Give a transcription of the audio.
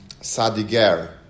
Sadiger